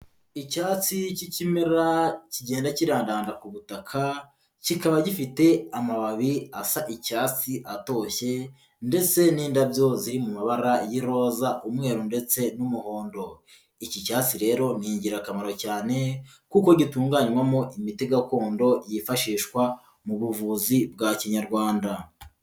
Icyatsi cy'ikimera kigenda kirandanga ku butaka, kikaba gifite amababi asa icyatsi atoshye ndetse n'indabyo ziri mu mabara y'iroza, umweru ndetse n'umuhondo. Iki cyatsi rero ni ingirakamaro cyane kuko gitunganywamo imiti gakondo yifashishwa mu buvuzi bwa kinyarwanda.